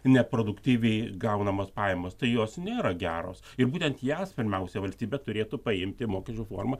neproduktyviai gaunamos pajamos tai jos nėra geros ir būtent jas pirmiausia valstybė turėtų paimti mokesčių forma